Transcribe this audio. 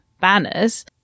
banners